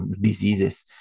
diseases